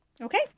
Okay